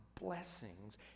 blessings